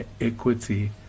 equity